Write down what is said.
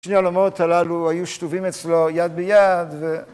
שני העולמות הללו היו שלובים אצלו יד ביד.